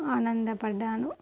ఆనందపడినాను